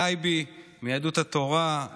טייבי מיהדות התורה,